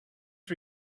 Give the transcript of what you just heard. for